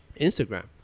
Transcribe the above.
Instagram